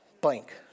blank